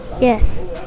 Yes